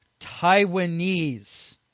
Taiwanese